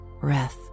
breath